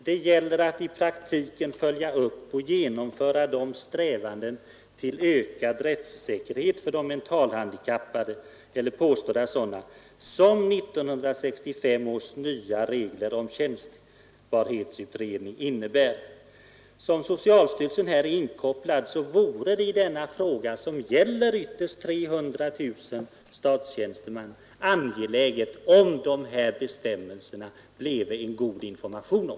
Det gäller att i praktiken följa upp och genomföra de strävanden till ökad rättssäkerhet för de mentalhandikappade eller påstådda sådana som 1965 års regler om mans skyldighet att underkasta sig läkarundersökning Nr 143 tjänstbarhetsutredning innebär. Torsdagen den Eftersom socialstyrelsen lätt kan bli inkopplad på denna fråga, som 14 december 1972 ytterst gäller 300 000 statstjänstemän, är det angeläget att det blir en god